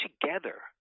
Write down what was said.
together